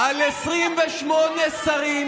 על 28 שרים,